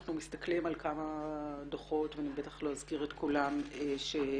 כשאנחנו מסתכלים על כמה דוחות - ואני בטח לא אזכיר את כולם שהגשת,